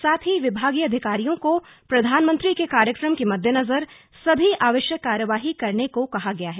साथ ही विभागीय अधिकारियों को प्रधानमंत्री के कार्यक्रम के मद्देनज़र सभी आवश्यक कार्यवाही करने को कहा गया है